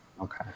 Okay